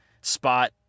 spot –